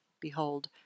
Behold